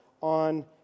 on